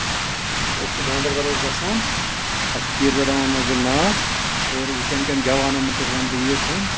أسۍ چھِ گاندَربَل حظ بَسان اَسہِ چھِ پیٖرزادہ محمد مقبوٗل ناو اور وٕنۍکٮ۪ن کٮ۪ن جَوانَن متعلق وَنہٕ بہٕ ییٖژہان